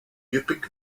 yupik